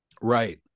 right